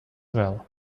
well